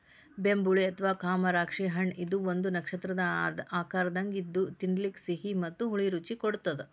ಬೆಂಬುಳಿ ಅಥವಾ ಕಮರಾಕ್ಷಿ ಹಣ್ಣಇದು ಒಂದು ನಕ್ಷತ್ರದ ಆಕಾರದಂಗ ಇದ್ದು ತಿನ್ನಲಿಕ ಸಿಹಿ ಮತ್ತ ಹುಳಿ ರುಚಿ ಕೊಡತ್ತದ